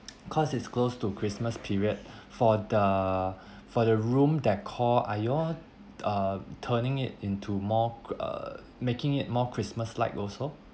cause it's close to christmas period for the for the room decor are you all uh turning it into more uh making it more christmas-like also